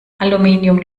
aluminium